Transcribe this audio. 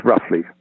roughly